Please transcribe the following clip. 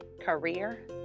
career